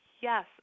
Yes